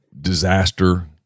disaster